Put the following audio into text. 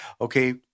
Okay